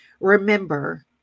Remember